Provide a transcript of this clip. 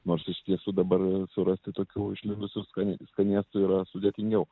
nors iš tiesų dabar surasti tokių išlikusių skanė skanėstų yra sudėtingiau